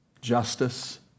justice